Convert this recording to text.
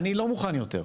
אני לא מוכן יותר.